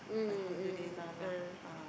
mm mm mm mm ah